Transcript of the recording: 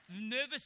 nervous